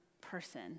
person